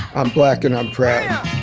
i'm black, and i'm proud.